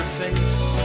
face